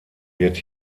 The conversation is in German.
wird